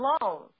alone